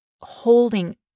holding